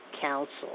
Council